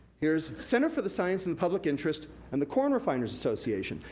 here's center for the science and public interest and the corn refiners association.